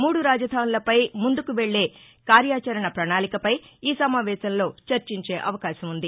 మూడు రాజధానులపై ముందుకు వెళ్లే కార్యచరణ ప్రణాళికపై ఈ సమావేశంలో చర్చించే అవకాశం ఉంది